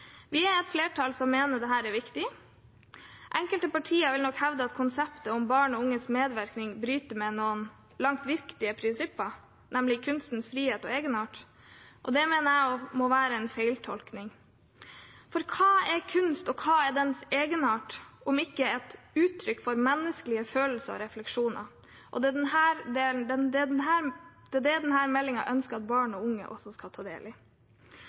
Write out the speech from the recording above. Vi er et flertall som mener dette er viktig. Enkelte partier vil nok hevde at konseptet om barn og unges medvirkning bryter med noen langt viktigere prinsipper, nemlig kunstens frihet og egenart. Det mener jeg må være en feiltolkning, for hva er kunst, og hva er dens egenart, om ikke et uttrykk for menneskelige følelser og refleksjoner? Det er dette denne meldingen ønsker at barn og unge også skal ta del i. Kunst- og kulturaktiviteter er unike fordi de har et inkluderende potensial. Å delta i kunst- og